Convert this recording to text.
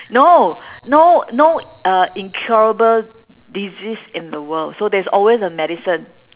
no no no uh incurable disease in the world so there's always a medicine